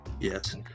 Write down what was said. yes